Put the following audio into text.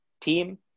team